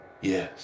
Yes